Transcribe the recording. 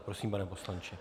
Prosím, pane poslanče.